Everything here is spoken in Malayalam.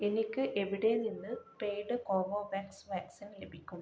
എനിക്ക് എവിടെ നിന്ന് പെയ്ഡ് കോവോവാക്സ് വാക്സിൻ ലഭിക്കും